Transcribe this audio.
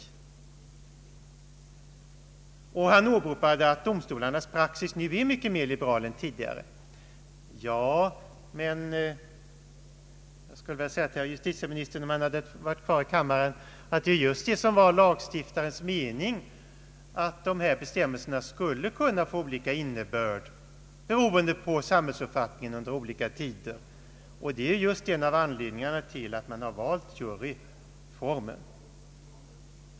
Justitieministern åberopade också det förhållandet att domstolarnas praxis numera är mycket mer liberal än tidigare. Jag skulle ha velat säga justitieministern, om han varit kvar i kammaren, att det var lagstiftarnas mening att dessa bestämmelser skulle kunna få olika innebörd beroende på samhällsuppfattningen under olika tider. Det är just en av anledningarna till att man valt juryformen.